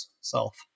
self